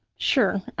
sure.